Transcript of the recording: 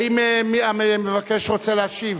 האם המבקש רוצה להשיב?